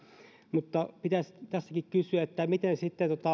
mutta pitäisi tässäkin kysyä miten sitten